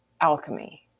alchemy